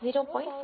5 કરતા વધારે હોય